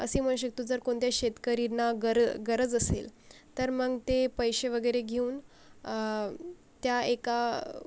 असे म्हणू शकतो जर कोणत्या शेतकरींना गरं गरज असेल तर मग ते पैसे वगैरे घेऊन त्या एका